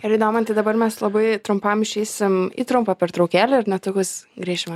gerai domantai dabar mes labai trumpam išeisim į trumpą pertraukėlę ir netrukus grįšime